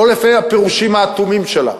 לא לפי הפירושים האטומים שלה.